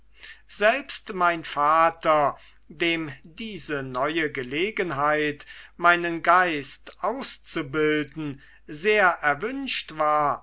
selbst mein vater dem diese neue gelegenheit meinen geist auszubilden sehr erwünscht war